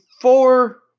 four